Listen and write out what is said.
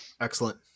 Excellent